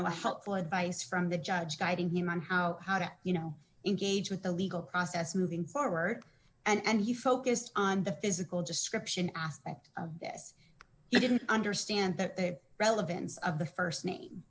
know a helpful advice from the judge guiding him on how how do you know engage with the legal process moving forward and you focused on the physical description aspect of this you didn't understand that the relevance of the st name